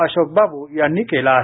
अशोक बाब्र यांनी केला आहे